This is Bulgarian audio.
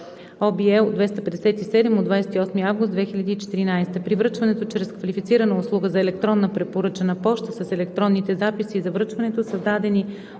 (ОВ, L 257 от 28 август 2014 г.). При връчване чрез квалифицирана услуга за електронна препоръчана поща – с електронните записи за връчването, създадени